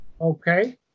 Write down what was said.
Okay